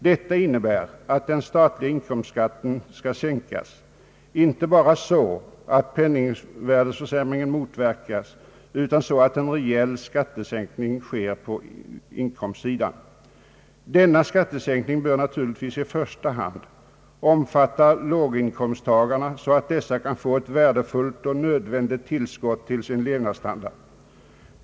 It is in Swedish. Detta innebär att den statliga inkomstskatten skall sänkas, inte bara så alt penningvärdeförsämringen motverkas utan så att en reell skattesänkning på inkomstsidan sker. Denna skattesänkning bör naturligtvis i första hand omfatta låginkomsttagarna så att dessa kan få ett värdefullt och nödvändigt tillskott till sin levnadsstandard.